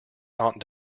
aunt